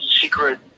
secret